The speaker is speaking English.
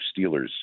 Steelers